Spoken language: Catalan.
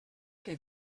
que